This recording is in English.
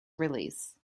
release